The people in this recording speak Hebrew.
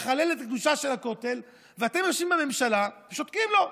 מחלל את הקדושה של הכותל ואתם יושבים בממשלה ושותקים לו.